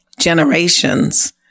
generations